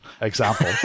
example